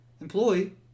employee